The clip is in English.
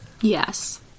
Yes